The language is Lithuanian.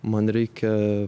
man reikia